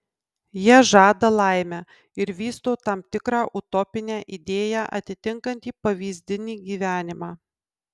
jie žada laimę ir vysto tam tikrą utopinę idėją atitinkantį pavyzdinį gyvenimą